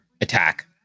attack